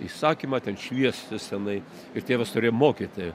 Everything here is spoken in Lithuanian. įsakymą ten šviestis tenai ir tėvas turėjo mokyti